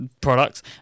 products